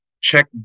Check